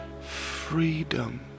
freedom